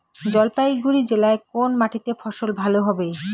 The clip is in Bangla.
জলপাইগুড়ি জেলায় কোন মাটিতে ফসল ভালো হবে?